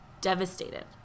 devastated